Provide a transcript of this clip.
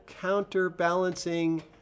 counterbalancing